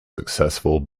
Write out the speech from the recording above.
successful